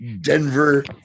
Denver